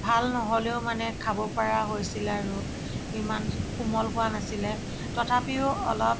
ভাল নহ'লেও মানে খাব পৰা হৈছিল আৰু ইমান কোমল হোৱা নাছিলে তথাপিও অলপ